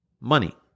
money